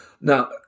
Now